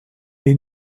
est